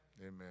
Amen